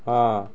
ହଁ